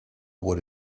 what